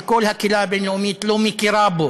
שכל הקהילה הבין-לאומית לא מכירה בו